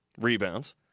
rebounds